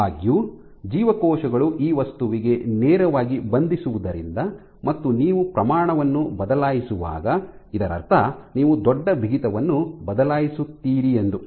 ಆದಾಗ್ಯೂ ಜೀವಕೋಶಗಳು ಈ ವಸ್ತುವಿಗೆ ನೇರವಾಗಿ ಬಂಧಿಸುವುದರಿಂದ ಮತ್ತು ನೀವು ಪ್ರಮಾಣವನ್ನು ಬದಲಾಯಿಸುವಾಗ ಇದರರ್ಥ ನೀವು ದೊಡ್ಡ ಬಿಗಿತವನ್ನು ಬದಲಾಯಿಸುತ್ತೀರಿ ಎಂದು